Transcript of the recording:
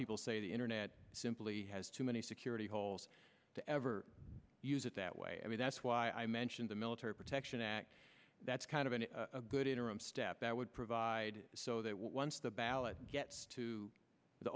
people say the internet simply has too many security holes to ever use it that way and that's why i mentioned the military protection act that's kind of an a good interim step that would provide so that once the ballot gets to the